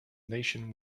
nation